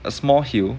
a small hill